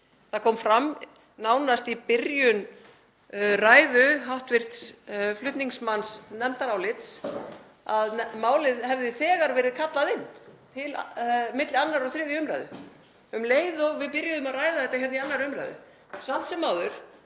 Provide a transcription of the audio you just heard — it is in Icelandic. Það kom fram nánast í byrjun ræðu hv. flutningsmanns nefndarálits að málið hefði þegar verið kallað inn til milli 2. og 3. umr., um leið og við byrjuðum að ræða þetta hérna í 2. umr.